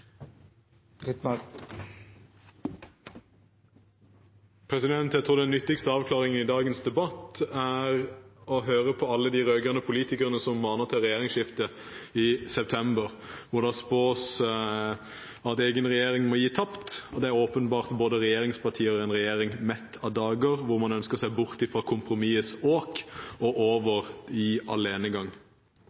å høre på alle de rød-grønne politikerne som maner til regjeringsskifte i september, og det spås at egen regjering må gi tapt. Det er åpenbart både regjeringspartier og en regjering mett av dage, som ønsker seg bort fra kompromissets åk og over i alenegang.